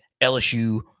LSU